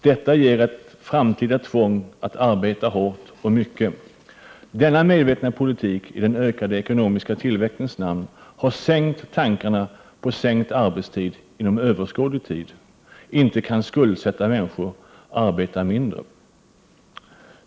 Detta ger ett framtida tvång att arbeta hårt och mycket. Denna medvetna politik i den ökade ekonomiska tillväxtens namn har för överskådlig tid sänkt tankarna på minskad arbetstid. Inte kan skuldsatta människor arbeta mindre!